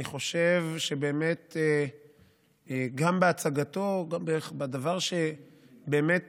אני חושב שבאמת גם בהצגתו, זה דבר שבאמת